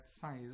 size